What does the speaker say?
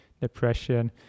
Depression